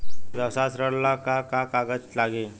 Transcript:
व्यवसाय ऋण ला का का कागज लागी?